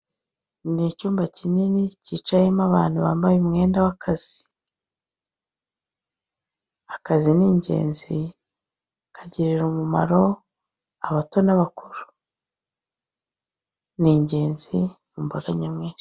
Ni icyumba kinini, kicayemo abantu bambaye umwenda w'akazi. Akazi ni ingenzi, kagirira umumaro abato n'abakuru. Ni ingenzi mu mbaga nyamwinshi.